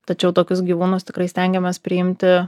tačiau tokius gyvūnus tikrai stengiamės priimti